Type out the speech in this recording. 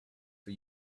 for